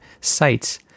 sites